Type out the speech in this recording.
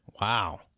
wow